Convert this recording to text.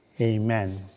Amen